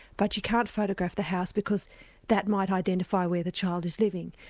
but you can't photograph the house, because that might identify where the child is living.